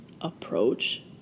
approach